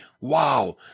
wow